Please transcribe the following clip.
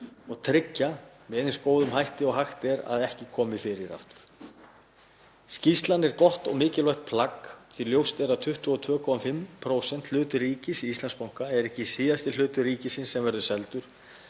og tryggja með eins góðum hætti og hægt er að ekki komi fyrir aftur. Skýrslan er gott og mikilvægt plagg því ljóst er að 22,5% hlutur ríkisins í Íslandsbanka er ekki síðasti hlutur ríkisins sem verður seldur